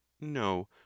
no